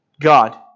God